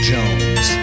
Jones